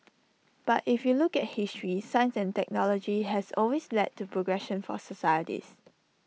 but if you look at history science and technology has always led to progress for societies